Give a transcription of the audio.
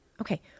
Okay